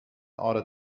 order